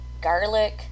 garlic